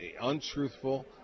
untruthful